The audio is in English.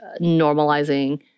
normalizing